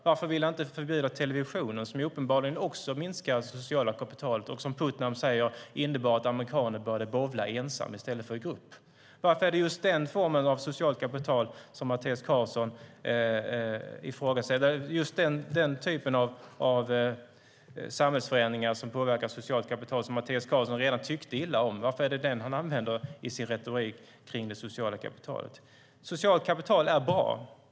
Varför vill han inte förbjuda televisionen som uppenbarligen också minskar det sociala kapitalet och som Putnam sade innebar att amerikaner började bowla ensamma i stället för i grupp? Varför ifrågasätter Mattias Karlsson just den typen av samhällsförändringar som påverkar socialt kapital som Mattias Karlsson redan tyckte illa om? Varför använder han just det i sin retorik om det sociala kapitalet? Socialt kapital är bra.